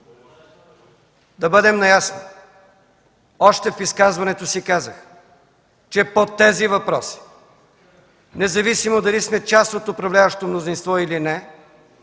да бъдем наясно – още в изказването си казах, че по тези въпроси, независимо дали сме част от управляващото мнозинство, или не,